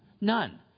None